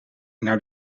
naar